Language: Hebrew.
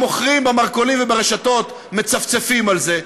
המוכרים במרכולים וברשתות מצפצפים על זה,